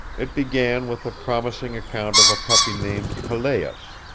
it began with a promising account of a puppy named pelleas.